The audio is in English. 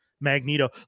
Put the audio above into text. Magneto